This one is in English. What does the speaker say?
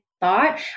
thought